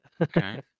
Okay